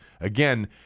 Again